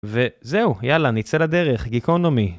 וזהו, יאללה נצא לדרך, גיקונומי.